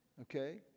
Okay